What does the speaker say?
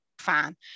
fine